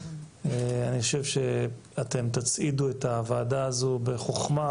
אני חושב שאתן תצעידו את הוועדה הזו בחוכמה,